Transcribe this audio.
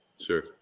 sure